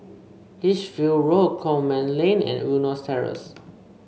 Lichfield Road Coleman Lane and Eunos Terrace